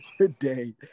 today